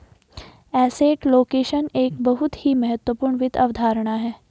asset allocation एक बहुत ही महत्वपूर्ण वित्त अवधारणा है